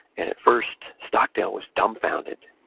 and at first stockdale was dumbfounded.